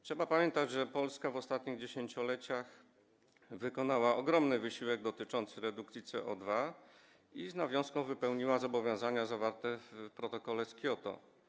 Trzeba pamiętać, że Polska w ostatnich dziesięcioleciach wykonała ogromny wysiłek dotyczący redukcji CO2 i z nawiązką wypełniła zobowiązania zawarte w protokole z Kioto.